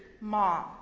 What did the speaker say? mom